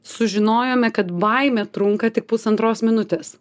sužinojome kad baimė trunka tik pusantros minutės